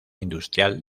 industrial